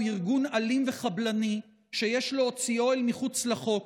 ארגון אלים וחבלני שיש להוציאו אל מחוץ לחוק.